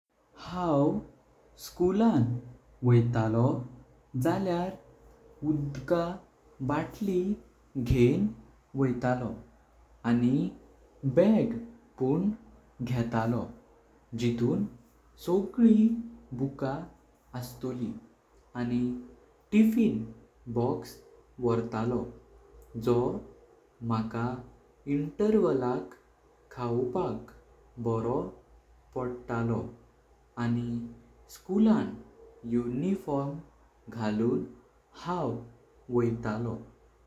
हाव स्कूलान वयतलो जाल्यार उदका बॉटली घेन वयतलो। आणी बग पण घेतलो जिथून सगली बुकां अस्तली आणी टिफिन बॉक्स भरतलो। जो मका इंटरवाळाक खावपाक बरो पडतलो आणी स्कूलान यूनिफॉर्म घालून हाव वयतलो।